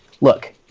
look